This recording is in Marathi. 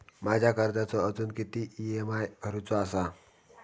माझ्या कर्जाचो अजून किती ई.एम.आय भरूचो असा?